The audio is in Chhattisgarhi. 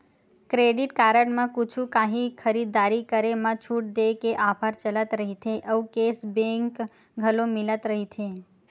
क्रेडिट कारड म कुछु काही खरीददारी करे म छूट देय के ऑफर चलत रहिथे अउ केस बेंक घलो मिलत रहिथे